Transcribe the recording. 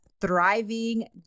Thriving